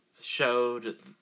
showed